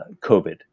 COVID